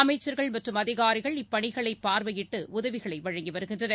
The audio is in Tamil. அமைச்சர்கள் மற்றும் அதிகாரிகள் இப்பணிகளைபார்வையிட்டு உதவிகளைவழங்கிவருகின்றனர்